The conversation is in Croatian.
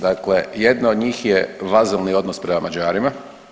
Dakle, jedna od njih je vazalni odnos prema Mađarima.